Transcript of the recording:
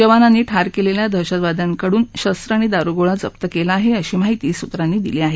जवानांनी ठार केलेल्या दहशतवाद्यांकडची शस्त्रं आणि दारुगोळा जप्त केला आहे अशी माहितीही सुत्रांनी दिली आहे